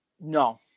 no